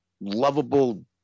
lovable